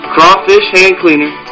Crawfishhandcleaner